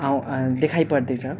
आउँ देखापर्दैछ